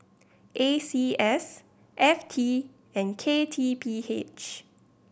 A C S F T and K T P H